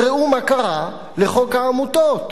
ראו מה קרה לחוק העמותות,